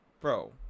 Bro